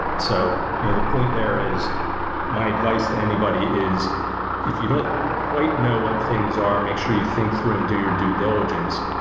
so you know the point there is my advice to anybody, is if you don't quite know what things are, make sure you think through and do your due diligence.